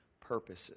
purposes